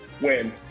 Win